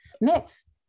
mix